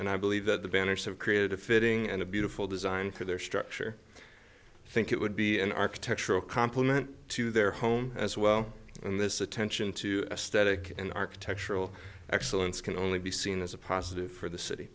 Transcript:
and i believe that the banners have created a fitting and a beautiful design for their structure think it would be an architectural compliment to their home as well and this attention to aesthetic and architectural excellence can only be seen as a positive for the city